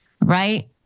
Right